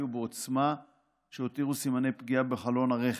היו בעוצמה שהותירו סימני פגיעה בחלון הרכב.